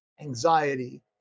Anxiety